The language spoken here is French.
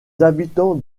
habitants